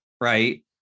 right